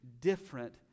different